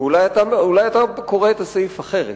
איך אתה קורא את הסעיף אחרת,